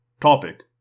Topic